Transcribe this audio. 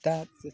दा